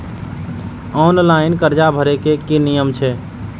Online कर्जा भरे के नियम की छे?